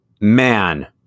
Man